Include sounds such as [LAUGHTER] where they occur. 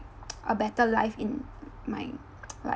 [NOISE] a better life in my [NOISE] like